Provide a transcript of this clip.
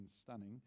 stunning